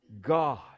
God